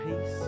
peace